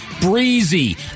breezy